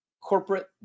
corporate